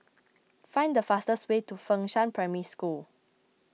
find the fastest way to Fengshan Primary School